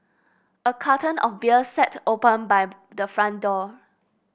a carton of beer sat open by the front door